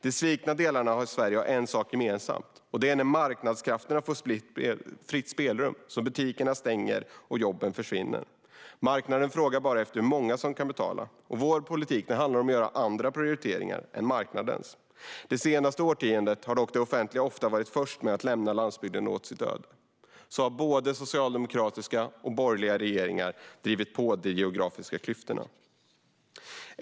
De svikna delarna av Sverige har en sak gemensamt: När marknadskrafterna får fritt spelrum stängs butikerna och jobben försvinner. Marknaden frågar bara efter hur många som kan betala. Vår politik handlar om att göra andra prioriteringar än marknadens. De senaste årtiondena har dock det offentliga ofta varit först med att lämna landsbygden åt sitt öde. På så sätt har både socialdemokratiska och borgerliga regeringar drivit på de geografiska klyftorna.